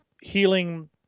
healing